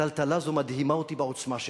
הטלטלה הזאת מדהימה אותי בעוצמה שלה.